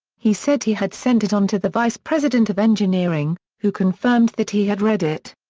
he said he had sent it on to the vice president of engineering, who confirmed that he had read it.